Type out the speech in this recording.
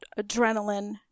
adrenaline